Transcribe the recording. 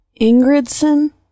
Ingridson